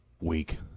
week